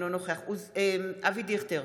אינו נוכח אבי דיכטר,